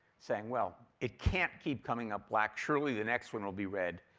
saying, well it can't keep coming up black. surely the next one will be red.